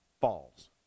falls